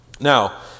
Now